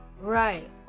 right